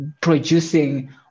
producing